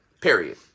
period